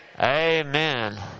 amen